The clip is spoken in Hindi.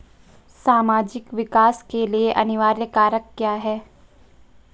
सामाजिक विकास के लिए अनिवार्य कारक क्या है?